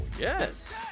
Yes